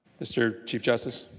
mr. chief justice.